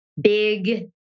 big